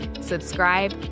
subscribe